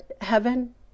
heaven